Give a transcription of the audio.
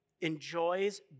enjoys